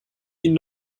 ihnen